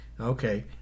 Okay